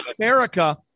America